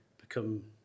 become